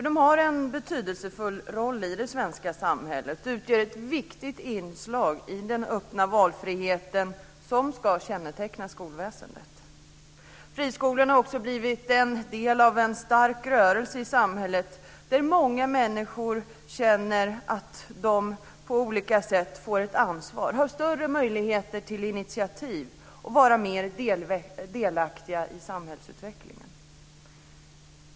De har en betydelsefull roll i det svenska samhället och utgör ett viktigt inslag i den öppna valfriheten som ska känneteckna skolväsendet. Friskolorna har också blivit en del av en stark rörelse i samhället där många människor känner att de på olika sätt får ett ansvar, har större möjligheter till initiativ och kan vara mer delaktiga i samhällsutvecklingen.